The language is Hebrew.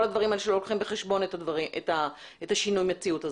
הדברים שלוקחים בחשבון את שינוי המציאות.